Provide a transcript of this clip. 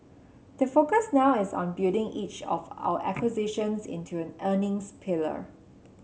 the focus now is on building each of our acquisitions into an earnings pillar